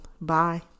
Bye